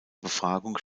befragung